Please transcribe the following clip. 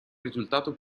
risultato